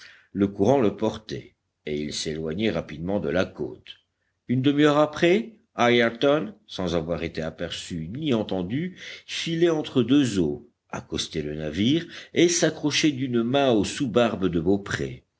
le courant le portait et il s'éloignait rapidement de la côte une demi-heure après ayrton sans avoir été aperçu ni entendu filait entre deux eaux accostait le navire et s'accrochait d'une main aux sous barbes de beaupré